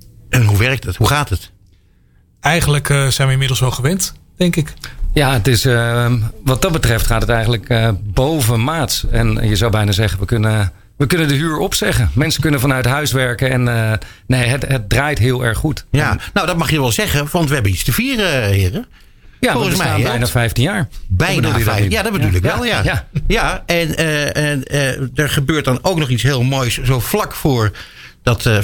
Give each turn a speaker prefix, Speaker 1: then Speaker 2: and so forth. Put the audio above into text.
Speaker 1: En hoe werkt het? Hoe gaat het?
Speaker 2: Eigenlijk, eh, zijn we inmiddels wel gewend, denk ik.
Speaker 3: Ja, het is, ehm, wat dat betreft gaat het eigenlijk, eh, boven maat. En je zou bijna zeggen, we kunnen- we kunnen de huur opzeggen. Mensen kunnen vanuit huis werken en, eh, nee, het- het draait heel erg goed.
Speaker 1: Ja,
Speaker 3: En-
Speaker 1: nou, dat mag je wel zeggen, want we hebben iets te vieren, heren.
Speaker 3: Ja,
Speaker 1: Volgens
Speaker 3: want we
Speaker 1: mij,
Speaker 3: bestaan
Speaker 1: hè?
Speaker 3: bijna 15 jaar.
Speaker 1: Bijna
Speaker 3: Wat bedoel je
Speaker 1: vijf-
Speaker 3: daarmee?
Speaker 1: Ja, dat bedoel
Speaker 3: Ja,
Speaker 1: ik
Speaker 3: ja,
Speaker 1: wel, ja.
Speaker 3: ja.
Speaker 1: Ja, en, eh, en, eh, er gebeurt dan ook nog iets heel moois, zo vlak voor dat, eh,